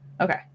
Okay